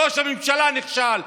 ראש הממשלה נכשל.